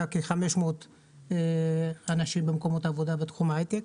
כ-500 אנשים במקומות עבודה בתחום היי-טק.